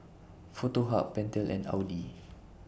Foto Hub Pentel and Audi